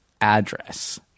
address